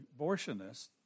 abortionists